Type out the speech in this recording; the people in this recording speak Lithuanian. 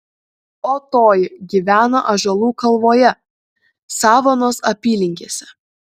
o toji gyvena ąžuolų kalvoje savanos apylinkėse